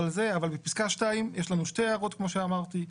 לפסקה 2 יש לנו שתי הערות, כמו שאמרתי.